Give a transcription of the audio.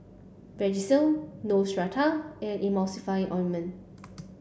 Vagisil Neostrata and Emulsying ointment